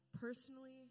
personally